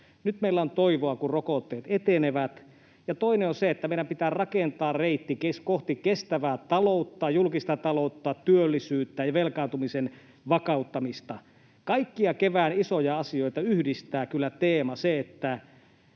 nyt meillä on toivoa, kun rokotteet etenevät — ja toinen on se, että meidän pitää rakentaa reitti kohti kestävää taloutta, julkista taloutta, työllisyyttä ja velkaantumisen vakauttamista. Kaikkia kevään isoja asioita yhdistää kyllä se